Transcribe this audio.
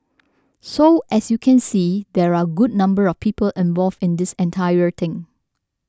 so as you can see there are a good number of people involved in this entire thing